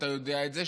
אתה יודע את זה,